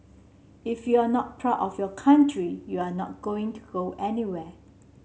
if you are not proud of your country you are not going to go anywhere